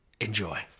Enjoy